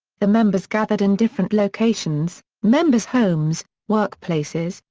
the members gathered in different locations, members homes, workplaces,